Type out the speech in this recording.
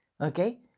Okay